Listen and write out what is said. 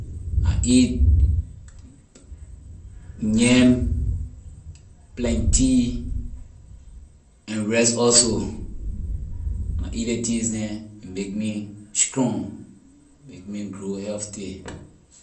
I eat yam plantain and rice also when I eat ley things neh a make me strong make me grow healthy.